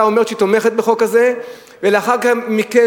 אומרת שהיא תומכת בחוק הזה ולאחר מכן,